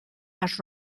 las